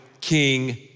King